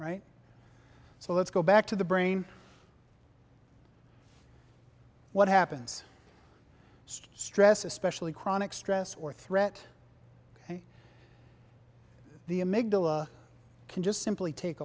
right so let's go back to the brain what happens stress especially chronic stress or threat ok the amidala can just simply take